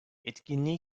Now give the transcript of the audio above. etkinliği